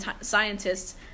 scientists